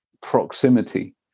proximity